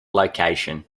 location